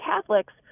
Catholics